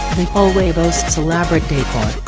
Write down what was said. the hallway boasts elaborate decor.